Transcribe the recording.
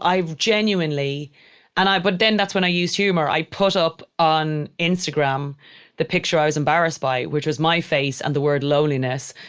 i've genuinely and i but then that's when i use humor. i put up on instagram the picture i was embarrassed by, which was my face and the word loneliness.